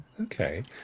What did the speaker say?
Okay